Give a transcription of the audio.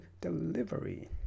delivery